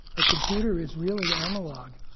a computer is really analog,